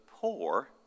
poor